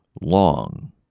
long